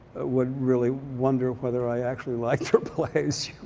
would really wonder whether i actually liked her plays.